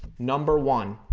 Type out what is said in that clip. number one.